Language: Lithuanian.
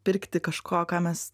pirkti kažko ką mes